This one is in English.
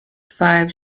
five